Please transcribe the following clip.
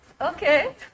Okay